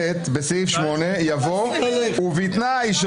9 נמנעים,